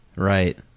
right